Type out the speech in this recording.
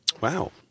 Wow